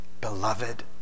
Beloved